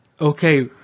Okay